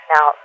Now